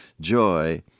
Joy